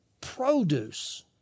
produce